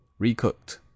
recooked